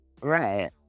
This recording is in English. Right